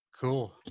Cool